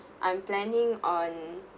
I'm planning on